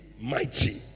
mighty